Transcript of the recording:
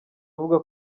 avuga